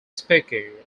speaker